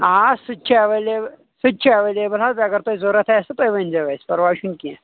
آ سُہ تہِ چھ ایویلیبٕل سُہ تہِ چھُ ایویلیبٕل حظ اگر تۄہہِ ضروٗرت آسہِ تُہۍ ؤنۍ زیو اَسہِ پرواے چُھنہٕ کینہہ